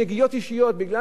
בגלל נגיעות אישיות,